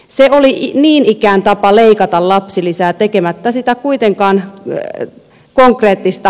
se oli niin ikään tapa leikata lapsilisää tekemättä siitä kuitenkaan konkreettista leikkausta